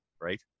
right